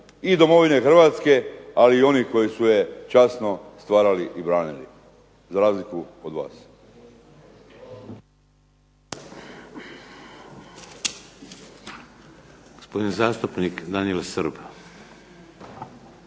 i domovine Hrvatske, ali i onih koji su je časno stvarali i branili, za razliku od vas.